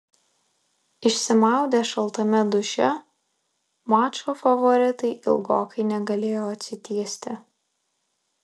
išsimaudę šaltame duše mačo favoritai ilgokai negalėjo atsitiesti